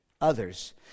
others